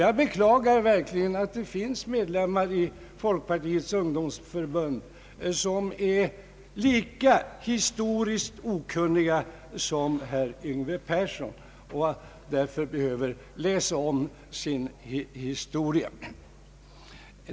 Jag beklagar verkligen att det finns medlemmar i folkpartiets ungdomsförbund som är lika historiskt okunniga som herr Yngve Persson och därför behöver läsa om sin historia.